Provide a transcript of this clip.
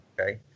okay